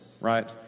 Right